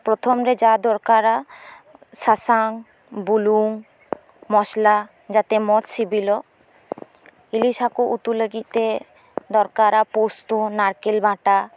ᱯᱨᱚᱛᱷᱚᱢ ᱨᱮ ᱡᱟ ᱫᱚᱨᱠᱟᱨᱟ ᱥᱟᱥᱟᱝ ᱵᱩᱞᱩᱝ ᱢᱚᱥᱞᱟ ᱡᱟᱛᱮ ᱢᱚᱸᱡᱽ ᱥᱤᱵᱤᱞᱚᱜ ᱤᱞᱤᱥ ᱦᱟᱠᱩ ᱩᱛᱩ ᱞᱟᱹᱜᱤᱫ ᱛᱮ ᱫᱚᱨᱠᱟᱨᱟ ᱯᱚᱥᱛᱩ ᱱᱟᱨᱠᱮᱞ ᱵᱟᱴᱟ